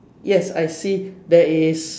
yes I see there is